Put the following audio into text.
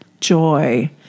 Joy